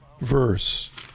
verse